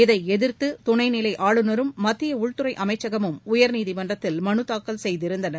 இதை எதிர்த்து துணை நிலை ஆளுநரும் மத்திய உள்துறை அமைச்சகமும் உயர்நீதிமன்றத்தில் மனுதாக்கல் செய்திருந்தனர்